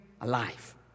alive